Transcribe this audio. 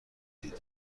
دیده